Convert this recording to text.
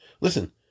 Listen